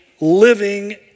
living